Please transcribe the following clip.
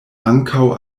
ankaŭ